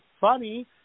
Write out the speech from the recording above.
funny